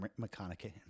McConaughey